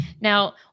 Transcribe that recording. Now